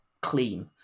clean